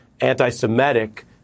anti-Semitic